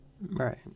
Right